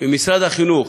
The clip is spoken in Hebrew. ממשרד החינוך,